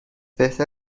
بهتر